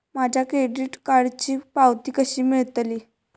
माझ्या क्रेडीट कार्डची पावती कशी मिळतली?